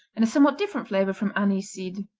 and a somewhat different flavor from anise seed.